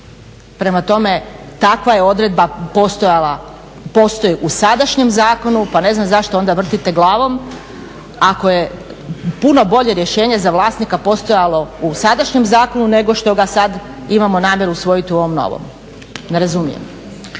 prema tome takva je odredba postojala, postoji u sadašnjem zakonu pa ne znam zašto onda vrtite glavom ako je puno bolje rješenje za vlasnika postojalo u sadašnjem zakonu nego što ga sada imamo namjeru usvojiti u ovom novom. Ne razumijem.